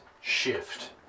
shift